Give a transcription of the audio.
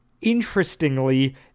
Interestingly